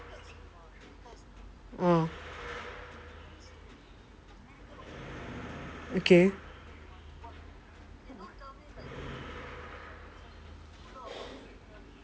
ah okay